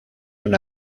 una